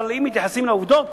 אבל אם מתייחסים לעובדות,